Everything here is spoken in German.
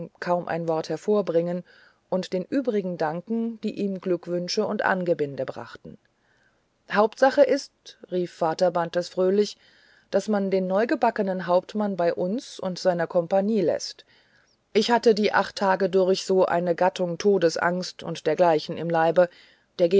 kaum ein wort hervorbringen und den übrigen danken die ihm glückwünsche und angebinde brachten hauptsache ist rief vater bantes fröhlich daß man den neugebackenen hauptmann bei uns und seiner kompanie läßt ich hatte die die acht tage durch auch so eine gattung todesangst und dergleichen im leibe der